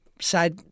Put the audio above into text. side